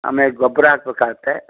ಆಮೇಲೆ ಗೊಬ್ಬರ ಹಾಕ್ಬೇಕು ಆಗುತ್ತೆ